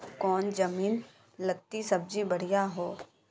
कौन जमीन लत्ती सब्जी बढ़िया हों?